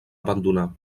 abandonar